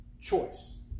choice